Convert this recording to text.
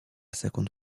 sekund